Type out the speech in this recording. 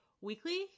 weekly